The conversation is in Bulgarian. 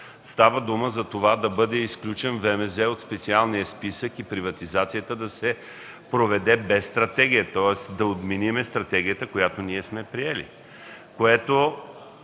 Става дума ВМЗ да бъде изключен от специалния списък и приватизацията да се проведе без стратегия, тоест да отменим стратегията, която сме приели.